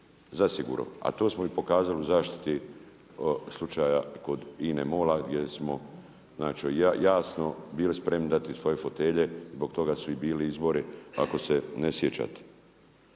zasigurno. A to smo i pokazali u zaštiti slučaja kod INA-e-MOL-a gdje smo znači jasno bili spremni dati svoje fotelje, zbog toga su i bili izbori ako ne sjećate.